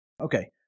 Okay